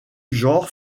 genre